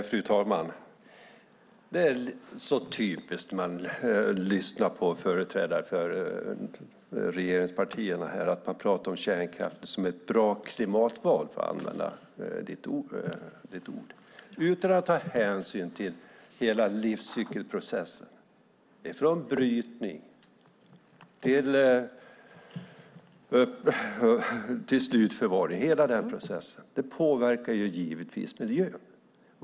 Fru talman! Det är så typiskt när man lyssnar på företrädare för regeringspartierna att de talar om kärnkraften som ett bra klimatval, för att använda ditt ord, utan att ta hänsyn till hela livscykelprocessen från brytning till slutförvar. Hela denna process påverkar givetvis miljön.